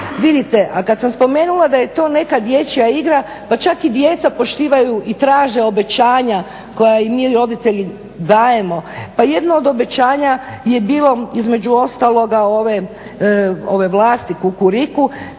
Vidite, a kada sam spomenula da je to neka dječja igra pa čak i djeca poštivaju i traže obećanja koja im mi roditelji dajemo. Pa jedno od obećanje je bilo između ostaloga ove vlasti kukuriku,